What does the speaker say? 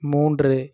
மூன்று